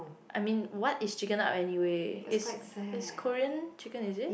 I mean what is chicken up anyway it's it's Korean chicken is it